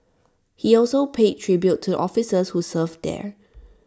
he also paid tribute to officers who served there